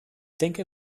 denke